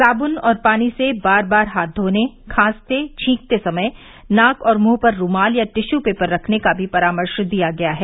साबून और पानी से बार बार हाथ धोने तथा खांसते छींकते समय नाक और मुंह पर रुमाल या टिश् पेपर रखने का भी परामर्श दिया गया है